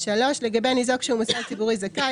לגבי ניזוק שהוא מוסד ציבורי זכאי,